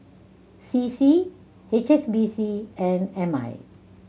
C C H S B C and M I